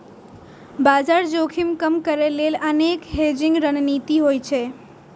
बाजार जोखिम कम करै लेल अनेक हेजिंग रणनीति होइ छै